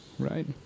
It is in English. Right